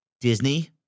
Disney